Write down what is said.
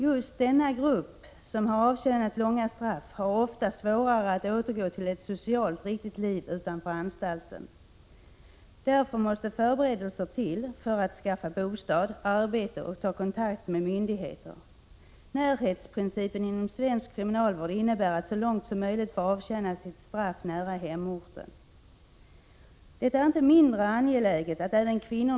Just denna grupp som har avtjänat långa straff har ofta svårare att återgå till ett socialt riktigt liv utanför anstalten. Därför måste förberedelser till för att skaffa bostad och arbete och för att ta kontakt med myndigheter. Närhetsprincipen inom svensk kriminalvård innebär att man så långt som möjligt får avtjäna sitt straff nära hemorten. Det är inte mindre angeläget för kvinnorna än för männen.